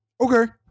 Okay